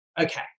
okay